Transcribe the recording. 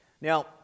now